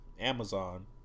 Amazon